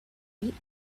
eight